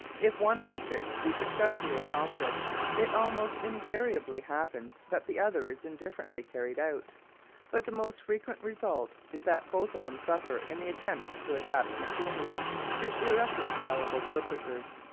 if one object be successfully accomplished it almost invariably happens that the other is indifferently carried out but the most frequent result is that both of them suffer in the attempt to adapt machinery to irreconcilable purposes.